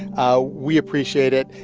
ah we appreciate it.